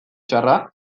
txarra